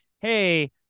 Hey